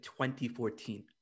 2014